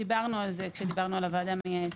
דיברנו על זה כשדיברנו על הוועדה המייעצת.